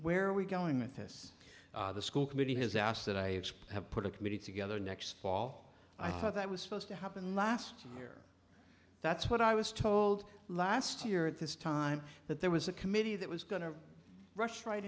where we going with this the school committee has asked that i have put a committee together next fall i heard that was supposed to happen last year that's what i was told last year at this time that there was a committee that was going to rush right